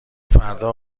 فردا